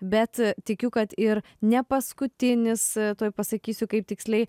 bet tikiu kad ir ne paskutinis tuoj pasakysiu kaip tiksliai